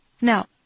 Now